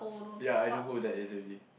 ya I know who that is already